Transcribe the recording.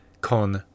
con